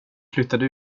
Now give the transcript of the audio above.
flyttade